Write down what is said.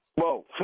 Whoa